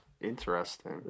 Interesting